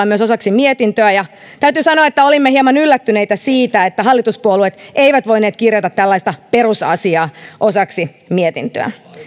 myös osaksi mietintöä ja täytyy sanoa että olimme hieman yllättyneitä siitä että hallituspuolueet eivät voineet kirjata tällaista perusasiaa osaksi mietintöä